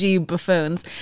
buffoons